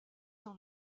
dans